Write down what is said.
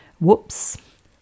Whoops